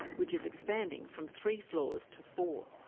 which is expanding from three floors to four.